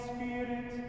Spirit